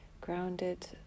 grounded